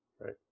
Right